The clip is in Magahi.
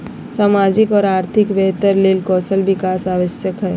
सामाजिक और आर्थिक बेहतरी ले कौशल विकास आवश्यक हइ